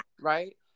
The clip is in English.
right